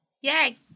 yay